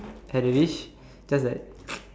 had a wish just that